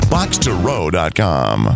BoxToRow.com